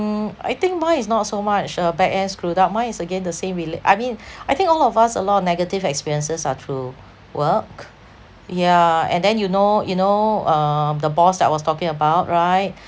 I think mine is not so much uh backend screwed up mine is again the same rela~ I mean I think all of us a lot of negative experiences are through work yeah and then you know you know um the boss that I was talking about right